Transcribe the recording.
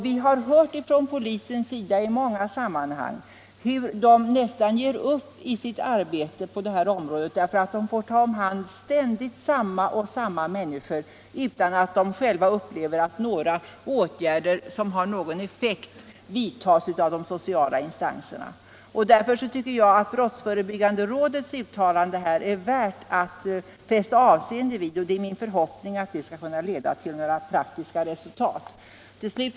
Vi har hört från polisernas sida i många sammanhang hur de nästan ger upp i sitt arbete på detta område därför att de får ta om hand ständigt samma människor utan att de själva upplever att några åtgärder som har någon effekt vidtas av de sociala instanserna. Därför tycker jag att brottsförebyggande rådets uttalande är värt att fästa avseende vid, och det är min förhoppning att det skall leda till praktiska resultat. Till slut.